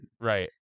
right